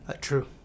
true